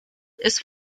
ist